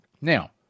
Now